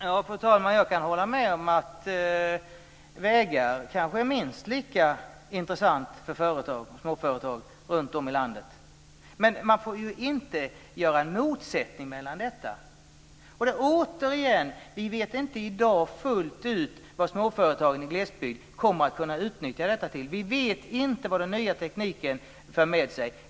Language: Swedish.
Fru talman! Jag kan hålla med om att vägar kanske är minst lika intressanta för företag och småföretag runtom i landet. Men man får inte göra en motsättning av detta. Återigen: Vi vet inte i dag fullt ut vad småföretagen i glesbygd kommer att kunna utnyttja detta till. Vi vet inte vad den nya tekniken för med sig.